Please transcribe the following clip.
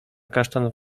kasztan